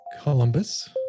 Columbus